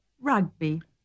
rugby